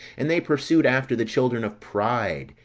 and they pursued after the children of pride,